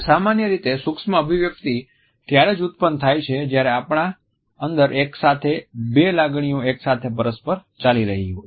સામાન્ય રીતે સૂક્ષ્મ અભિવ્યક્તિ ત્યારે જ ઉત્પન્ન થાય છે જ્યારે આપણા અંદર એક સાથે બે લાગણીઓ એકસાથે પરસ્પર ચાલી રહી હોય